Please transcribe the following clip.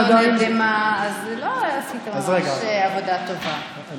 עדיין לא נרדמה, אז לא עשית ממש עבודה טובה.